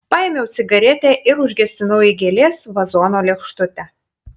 paėmiau cigaretę ir užgesinau į gėlės vazono lėkštutę